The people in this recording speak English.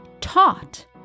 taught